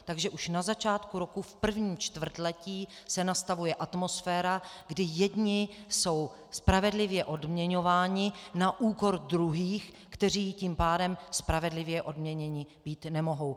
Takže už na začátku roku v prvním čtvrtletí se nastavuje atmosféra, kdy jedni jsou spravedlivě odměňováni na úkor druhých, kteří tím pádem spravedlivě odměněni být nemohou.